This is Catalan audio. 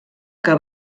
que